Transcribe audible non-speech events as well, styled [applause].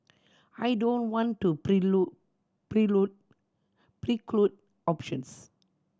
I don't want to [unintelligible] preclude options